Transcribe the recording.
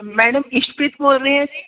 madam Ishpreet ਬੋਲ ਰਹੇ ਹੋ ਜੀ